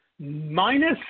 minus